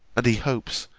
and he hopes,